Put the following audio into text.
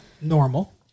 normal